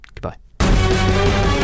Goodbye